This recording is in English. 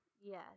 Yes